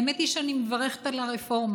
האמת היא שאני מברכת על הרפורמה.